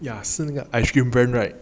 yeah 是那个 ice cream brand right